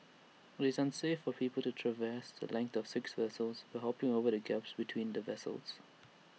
IT is unsafe for people to traverse the length of six vessels by hopping over the gaps between the vessels